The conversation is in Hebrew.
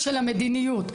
ושל המדיניות.